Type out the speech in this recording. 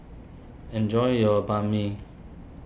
enjoy your Banh Mi